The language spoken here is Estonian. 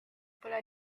pole